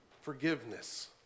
forgiveness